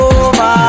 over